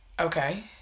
Okay